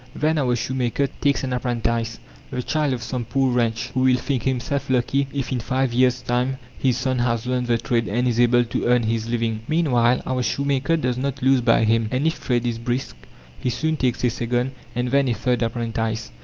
then our shoemaker takes an apprentice, the child of some poor wretch, who will think himself lucky if in five years' time his son has learned the trade and is able to earn his living. meanwhile our shoemaker does not lose by him, and if trade is brisk he soon takes a second, and then a third apprentice.